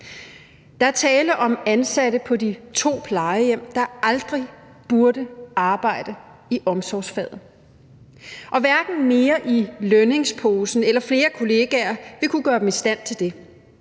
Der er tale om ansatte på de to plejehjem, der aldrig burde arbejde i omsorgsfaget, og hverken mere i lønningsposen eller flere kollegaer vil kunne gøre dem i stand til det.